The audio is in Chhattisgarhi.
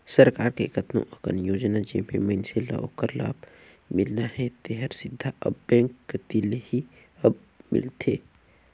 सरकार के कतनो अकन योजना जेम्हें मइनसे ल ओखर लाभ मिलना हे तेहर सीधा अब बेंक कति ले ही अब मिलथे